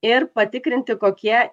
ir patikrinti kokie